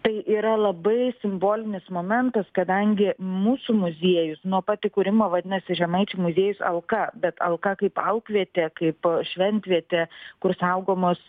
tai yra labai simbolinis momentas kadangi mūsų muziejus nuo pat įkūrimo vadinasi žemaičių muziejus alka bet alka kaip alkvietė kaip šventvietė kur saugomos